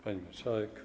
Pani Marszałek!